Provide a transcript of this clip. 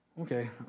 Okay